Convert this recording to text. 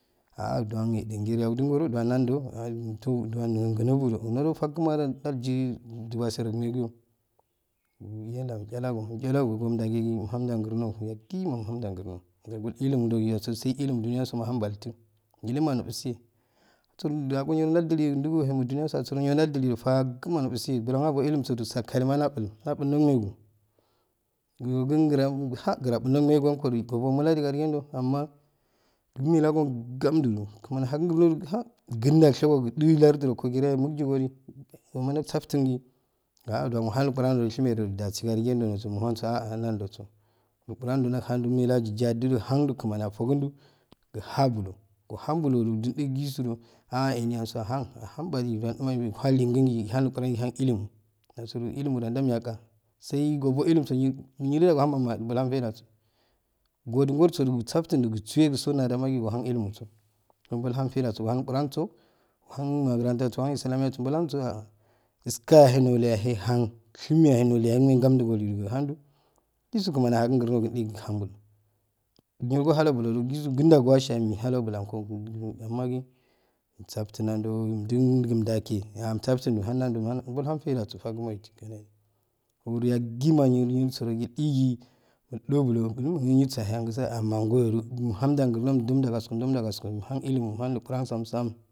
Duwan nan jo atun juwan niro gnubuju niro fagmaju jaji jutan surun yikiyo minidam chalogo chalogo kum ja jiki ham grno yaki ha yakima muhanja amo kol illim jokisul sai ilim juniyaso mahan balti yite ma nufuseye san jo agoi iyire nanjeli jugegemo juniyaso asero nele jajili fagama nufuse tule nabo ilimu je sakkalema ha bulum nabunu megi kan karam bah buno megi kogomalak argento amma meleyogamju igmani ahakan grno jukan jashegoju dutaraju roo jiga muljikoje unma jamsartingi ha jon ahan inquran suimeje jasi kan aji yin jo norso mu hanso aa hanaananjosu inquran dohanjemelegajajije han ta kmani afokin ju kuha balo koha bulo ju jin jejisodo ah ehni anso ahan aha baji ton uma muhan lingin ehhan inquran ehan ilnmu asuro ilumn ja jamyaka sai gabo ilimu ja jamyaka sai gabo ilimu sa yileda ohama bulumabafai jaso goju gor su ju mu saftunju mu suwe sonajama ki aso ilimuso bulhan taitaso wehan inquransu ohan magrantaso ohan islaniya so bulasu aa iskayohaya noloyaye han sheme yaye meye ganijuju hanju jisu kmani ahakan garnojei hanju go goh aloju ju jisu kinja owasiyaye mahalo bolowago goggki ammaki gosa tin nando johjam jange osaftin nanjo johjam jange osaftin ahan nanjo mulhan fai ja so fagama imsekanaji wuru yakima nir soro giki muljuwu gujowo sanyangoso amman goyo uru umhanja grnd umjum ja gas go umjum ja gasgo ju umhan cluma imh an inquran sam sam.